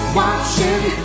watching